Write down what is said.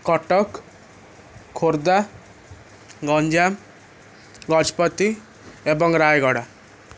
କଟକ ଖୋର୍ଦ୍ଧା ଗଂଜାମ ଗଜପତି ଏବଂ ରାୟଗଡ଼ା